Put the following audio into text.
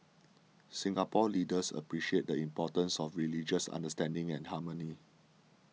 Singapore leaders appreciate the importance of religious understanding and harmony